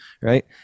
right